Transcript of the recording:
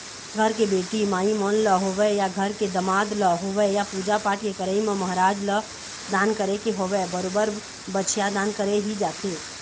घर के बेटी माई मन ल होवय या घर के दमाद ल होवय या पूजा पाठ के करई म महराज ल दान करे के होवय बरोबर बछिया दान करे ही जाथे